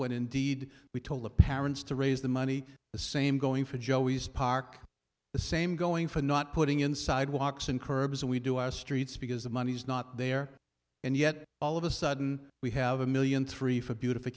when indeed we told the parents to raise the money the same going for joey's park the same going for not putting in sidewalks and curbs and we do our streets because the money's not there and yet all of a sudden we have a million three foot beautif